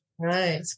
Right